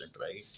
right